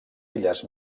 illes